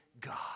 God